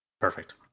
Perfect